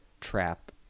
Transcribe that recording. trap